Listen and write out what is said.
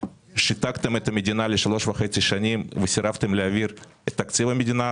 שיתקתם את המדינה לשלוש שנים וחצי וסירבתם להעביר את תקציב המדינה.